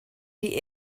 die